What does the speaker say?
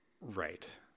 Right